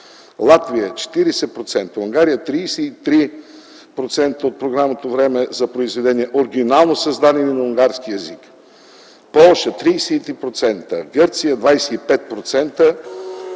Латвия – 40%, в Унгария – 33% от програмното време е за произведения, оригинално създадени на унгарски език, в Полша – 33%, в Гърция – 25%.